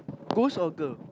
ghost order